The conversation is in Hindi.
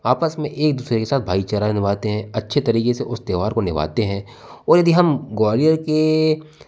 आपस में एक दूसरे के साथ भाईचारा निभाते हैं अच्छे तरीके से त्योहार को निभाते हैं और यदि हम ग्वालियर के